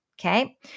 okay